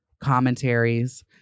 commentaries